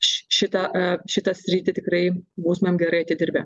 šitą šitą sritį tikrai būtumėm gerai atidirbę